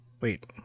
Wait